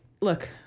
Look